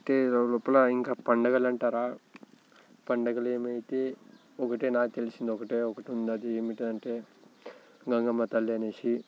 పట్టే లోపల ఇంకా పండగలు అంటారా పండగలు ఏమైతే ఒకటే నాకు తెలిసినది ఒకటే ఒకటి ఉంది అది ఏమిటంటే గంగమ్మ తల్లి అనేసి